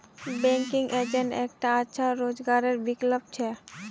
banking agent एकता अच्छा रोजगारेर विकल्प छिके